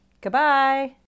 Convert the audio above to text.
Goodbye